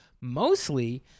mostly